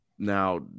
Now